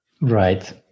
Right